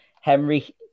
Henry